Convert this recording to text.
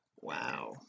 wow